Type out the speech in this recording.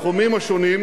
בתחומים השונים,